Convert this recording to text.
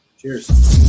Cheers